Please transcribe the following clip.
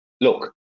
Look